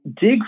dig